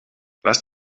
lass